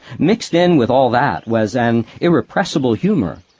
mixed in with all that was an irrepressible humour.